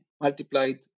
multiplied